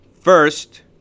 First